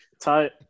tight